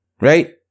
right